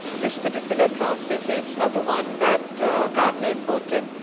this particular translation, it's not the one that gardner quoted.